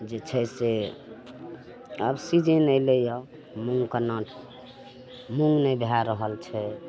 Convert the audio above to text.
जे छै से आब सीजन अएलैए मूँग कोना मूँग नहि भै रहल छै